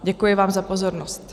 Děkuji vám za pozornost.